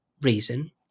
reason